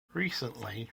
recently